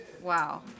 wow